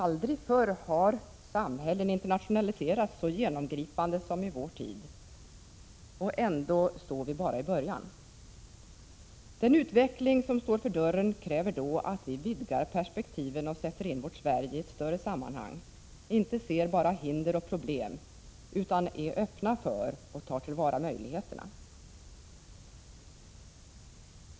Aldrig förr har samhällen internationaliserats så genomgripande som i vår tid — och ändå står vi bara i början. Den utveckling som står för dörren kräver då att vi vidgar perspektiven och sätter in vårt Sverige i ett större sammanhang, inte ser bara hinder och problem utan är öppna för och tar till vara möjligheterna.